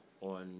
On